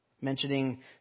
mentioning